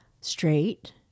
straight